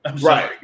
Right